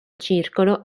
circolo